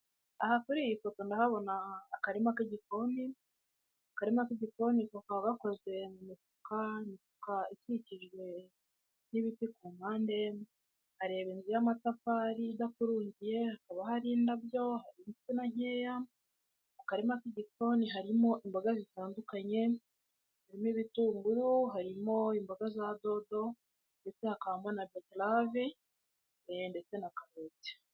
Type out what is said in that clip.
Aha kuri iyi foto ndahabona akarima k'igikoni, akarima k'igikoni kakaba gakozwe mu mifuka ikikijwe n'ibiti ku mpande, ndareba inzu y'amatafari idakurungiye hakaba hari indabyo n'insina nkeya, mu karima k'igikoni harimo imboga zitandukanye harimo ibitunguru, harimo imboga za dodo ndetse hakamo na betarave ndetse na karoti,